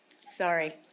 Sorry